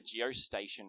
geostationary